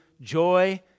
joy